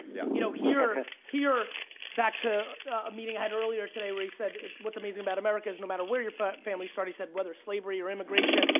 yeah. you know here, back to a meeting i had earlier today, where he said, what's amazing about america, is no matter where your family start. he said whether slavery or immigration,